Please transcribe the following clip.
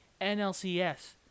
NLCS